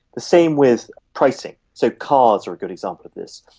the same with pricing. so, cars are a good example of this.